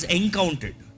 encountered